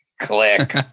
click